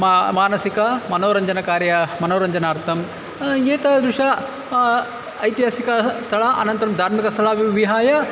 मा मानसिकं मनोरञ्जनकार्यं मनोरञ्जनार्थम् एतादृशः ऐतिहासिकाः स्थलम् अनन्तरं धार्मिकस्थलीनि विहाय